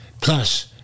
plus